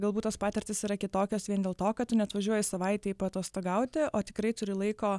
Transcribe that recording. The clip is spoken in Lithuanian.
galbūt tos patirtys yra kitokios vien dėl to kad neatvažiuoji savaitei paatostogauti o tikrai turi laiko